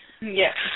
Yes